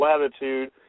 latitude